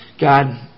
God